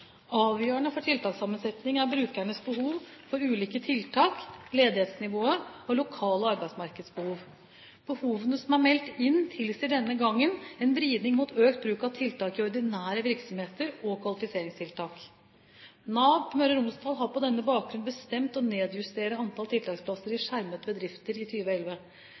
Avgjørende for tiltakssammensetningen er brukernes behov for ulike tiltak, ledighetsnivået og lokale arbeidsmarkedsbehov. Behovene som er meldt inn, tilsier denne gangen en vridning mot økt bruk av tiltak i ordinære virksomheter og kvalifiseringstiltak. Nav Møre og Romsdal har på denne bakgrunn bestemt å nedjustere antall tiltaksplasser i skjermede bedrifter i